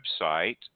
website